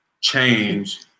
change